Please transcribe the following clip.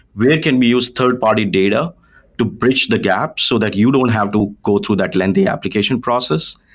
where can we use third-party data to bridge the gap, so that you don't have to go through that lengthy application process?